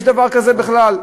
יש דבר כזה בכלל?